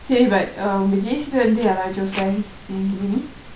same but um J_C வந்து யாராச்சொ:vanthu yaarucho friends